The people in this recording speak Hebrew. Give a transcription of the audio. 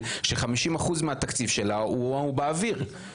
הצבא גם ומשרד הביטחון.